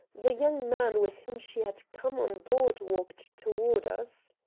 the young man with whom she had come on board walked toward us.